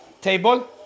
table